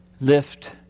Lift